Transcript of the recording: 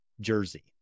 jersey